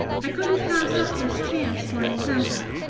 i couldn't pass up this chance for an encounter.